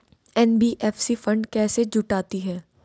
NBFC fund कैसे जुटाती है?